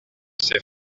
ses